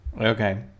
Okay